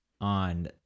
on